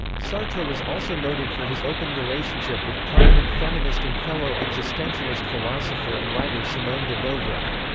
sartre was also noted for his open relationship with prominent feminist and fellow existentialist philosopher and writer simone de beauvoir.